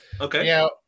Okay